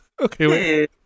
okay